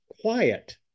quiet